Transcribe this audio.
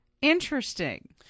Interesting